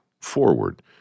forward